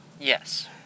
Yes